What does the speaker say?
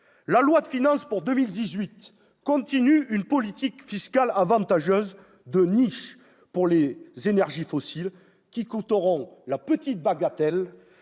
La loi de finances pour 2018 continue une politique fiscale avantageuse de niches pour les énergies fossiles, qui coûteront la bagatelle